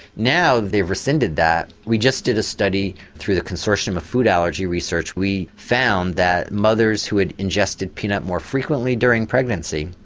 now they've rescinded that. we just did a study through the consortium of food allergy research and we found that mothers who had ingested peanut more frequently during pregnancy,